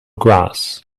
grass